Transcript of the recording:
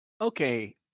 Okay